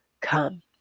come